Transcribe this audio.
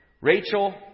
Rachel